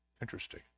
Interesting